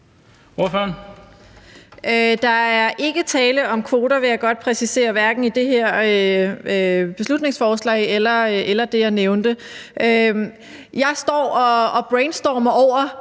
Der er ikke tale om kvoter, vil jeg godt præcisere, hverken i det her beslutningsforslag eller i forhold til det, jeg nævnte. Jeg står og brainstormer over